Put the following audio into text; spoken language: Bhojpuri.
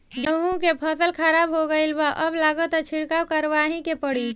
गेंहू के फसल खराब हो गईल बा अब लागता छिड़काव करावही के पड़ी